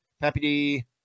Happy